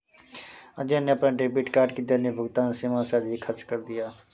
अजय ने अपने debit card की दैनिक भुगतान सीमा से अधिक खर्च कर दिया